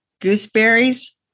gooseberries